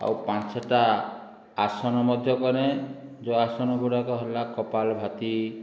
ଆଉ ପାଞ୍ଚଟା ଆସନ ମଧ୍ୟ କରେ ଯେଉଁ ଆସନ ଗୁଡ଼ାକ ହେଲା କପାଳ ଭାତି